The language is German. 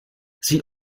sie